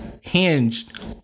hinged